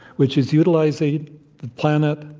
which is utilizing the planet,